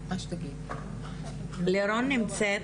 לירון נמצאת?